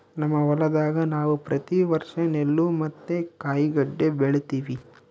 ನಮ್ಮ ಹೊಲದಾಗ ನಾವು ಪ್ರತಿ ವರ್ಷ ನೆಲ್ಲು ಮತ್ತೆ ಕಾಯಿಗಡ್ಡೆ ಬೆಳಿತಿವಿ